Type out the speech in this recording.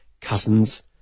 cousins